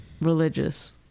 religious